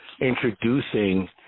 introducing